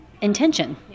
intention